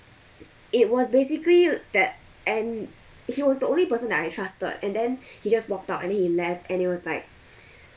it was basically that and he was the only person that I trusted and then he just walked out and then he left and it was like